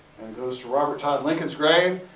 goes to robert todd lincoln's grave.